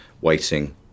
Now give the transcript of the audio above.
waiting